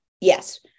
yes